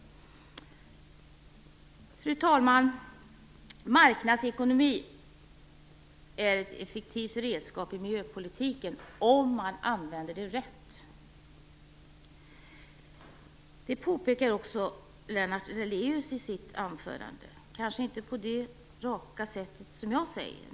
Fru talman! Marknadsekonomi är ett effektivt redskap i miljöpolitiken om man använder det rätt. Det påpekar också Lennart Daléus i sitt anförande. Han kanske inte gör det på samma raka sätt som jag.